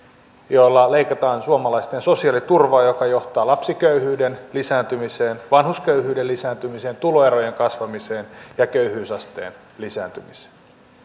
joilla leikataan suomalaisten sosiaaliturvaa mikä johtaa lapsiköyhyyden lisääntymiseen vanhusköyhyyden lisääntymiseen tuloerojen kasvamiseen ja köyhyysasteen lisääntymiseen